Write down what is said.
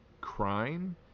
crime